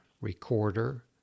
recorder